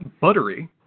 Buttery